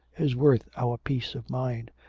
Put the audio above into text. is worth our peace of mind,